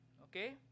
Okay